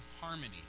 harmony